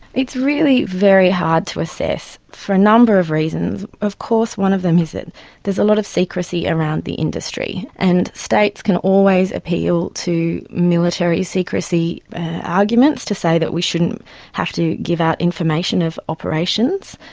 it's really very hard to assess, for a number of reasons. of course one of them is that there's a lot of secrecy around the industry, and states can always appeal to military secrecy arguments to say that we shouldn't have to give out information of operations,